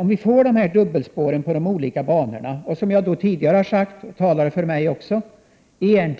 Om det nu byggs dubbelspår på de olika banorna och